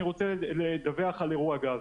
אני רוצה לדווח על אירוע גז